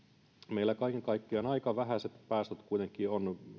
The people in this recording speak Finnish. meillä kaiken kaikkiaan on aika vähäiset päästöt kuitenkin